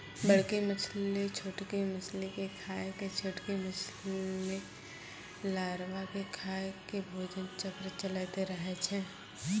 बड़की मछली छोटकी मछली के खाय के, छोटकी मछली लारवा के खाय के भोजन चक्र चलैतें रहै छै